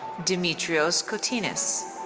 dimitrios kotinis.